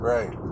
Right